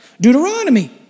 Deuteronomy